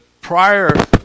prior